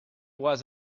was